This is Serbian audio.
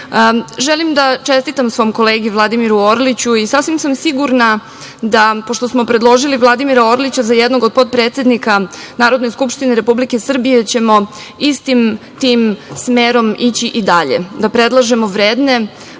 Vlade. Želim da čestitam svom kolegi Vladimiru Orliću i sasvim sam sigurna pošto smo predložili Vladimira Orlića za jednog od potpredsednika Narodne skupštine Republike Srbije da ćemo istim tim smerom ići i dalje, da predlažemo vredne